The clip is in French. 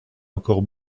encore